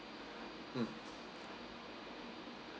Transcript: mm